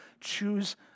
choose